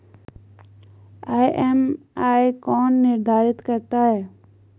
EMI कौन निर्धारित करता है?